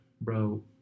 Bro